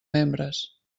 membres